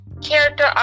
character